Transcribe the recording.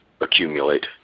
accumulate